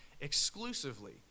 exclusively